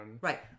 Right